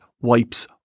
wipes